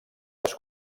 les